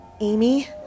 Amy